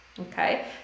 Okay